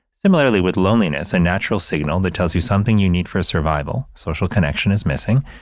similarly, with loneliness, a natural signal that tells you something you need for survival, social connection is missing,